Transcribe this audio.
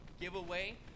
giveaway